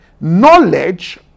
Knowledge